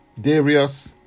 Darius